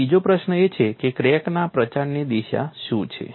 અને બીજો પ્રશ્ન એ છે કે ક્રેકના પ્રસારની દિશા શું છે